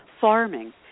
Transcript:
farming